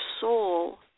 soul